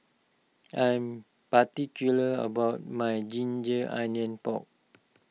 I'm particular about my Ginger Onions Pork